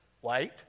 white